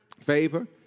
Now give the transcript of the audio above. favor